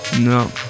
No